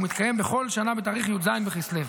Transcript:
ומתקיים בכל שנה בתאריך י"ז בכסלו.